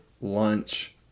Lunch